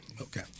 Okay